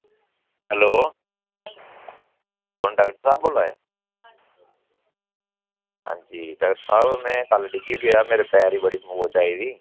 hello कु'न doctor साह्ब बोल्ला दे हां जी डाक्टर साह्ब में कल डि'ग्गी पेआ हा मेरे पैर च बड़ी चोट आई दी